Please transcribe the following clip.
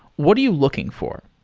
what are you looking for?